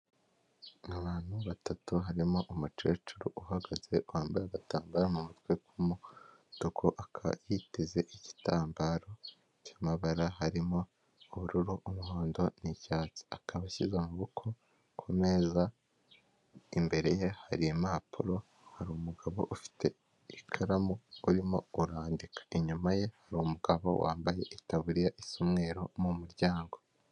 Mu bantu batatu harimo umukecuru uhagaze wambaye agatambaro mu mutwe k'umutuku akaba yiteze igitambaro cy'amabara harimo ubururu, umuhondo n'icyatsi akaba ashyize amaboko ku meza imbere ye hari impapuro hari umugabo ufite ikaramu urimo urandika, inyuma ye hari umugabo wambaye itaburiya isa umweru mu muryango.